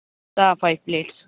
five plates